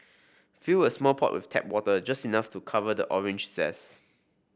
fill a small pot with tap water just enough to cover the orange zest